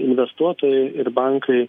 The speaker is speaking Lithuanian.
investuotojai ir bankai